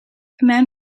man